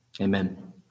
Amen